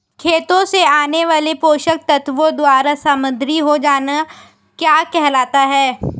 खेतों से आने वाले पोषक तत्वों द्वारा समृद्धि हो जाना क्या कहलाता है?